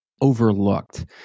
overlooked